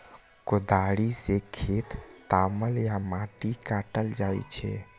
कोदाड़ि सं खेत तामल आ माटि काटल जाइ छै